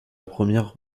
première